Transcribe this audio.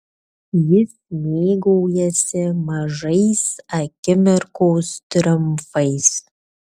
jis mėgaujasi mažais akimirkos triumfais